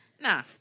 Nah